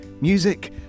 music